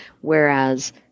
Whereas